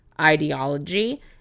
ideology